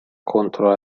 contro